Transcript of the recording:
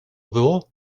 było